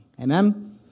Amen